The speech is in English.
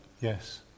Yes